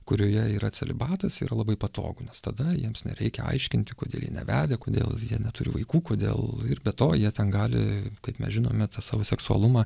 kurioje yra celibatas yra labai patogu nes tada jiems nereikia aiškinti kodėl jie nevedę kodėl jie neturi vaikų kodėl ir be to jie ten gali kaip mes žinome tą savo seksualumą